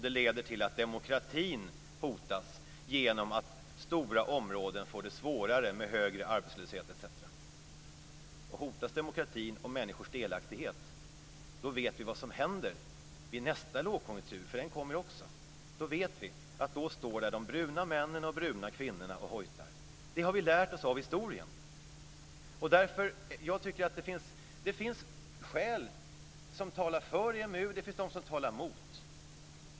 Det leder till att demokratin hotas genom att stora områden får det svårare, med högre arbetslöshet etc. Hotas demokratin och människors delaktighet vet vi vad som händer vid nästa lågkonjunktur, för den kommer också. Då vet vi att de bruna männen och de bruna kvinnorna står där och hojtar. Det har vi lärt oss av historien. Det finns skäl som talar för EMU. Det finns de som talar emot.